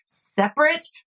separate